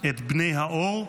את בני האור,